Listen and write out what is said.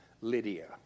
Lydia